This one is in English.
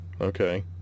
okay